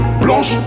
blanche